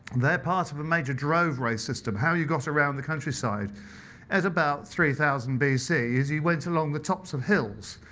they're part of a major drove way system. how you got around the countryside at about three thousand bc is you went along the tops of hills,